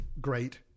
great